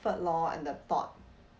lor and the thought